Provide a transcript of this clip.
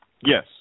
Yes